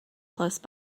close